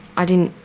i didn't.